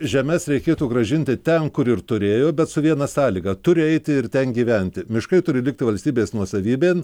žemes reikėtų grąžinti ten kur ir turėjo bet su viena sąlyga turi eiti ir ten gyventi miškai turi likti valstybės nuosavybėn